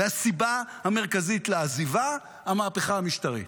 והסיבה המרכזית לעזיבה, המהפכה המשטרית.